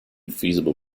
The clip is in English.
feasible